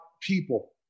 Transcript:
people